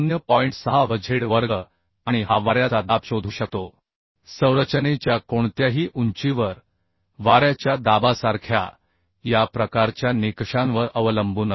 6 vz square आणि हा वाऱ्याचा दाब शोधू शकतो संरचनेच्या कोणत्याही उंचीवर वाऱ्याच्या दाबासारख्या या प्रकारच्या निकषांवर अवलंबून असते